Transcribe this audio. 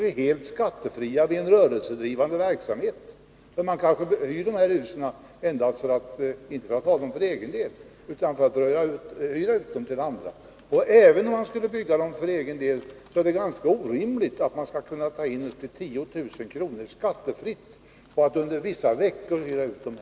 blir helt skattefria i en rörelsedrivande verksamhet, för man håller kanske de här husen inte för att ha dem för egen del utan för att hyra ut dem till andra. Även om man skulle ha byggt dem för egen del är det ganska orimligt att man skall kunna ta in 10 000 kr. skattefritt på att under vissa veckor hyra ut dem.